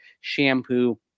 shampoo